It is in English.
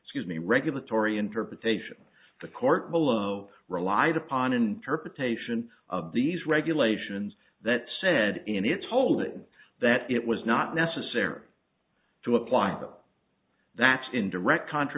excuse me regulatory interpretation the court below relied upon interpretation of these regulations that said in its holding that it was not necessary to apply them that's in direct